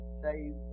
save